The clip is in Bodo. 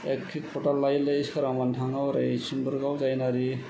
एक्के खदाल लायै लायै सोरांबानो थाङो ओरै सिम्बोरगाव जायनारि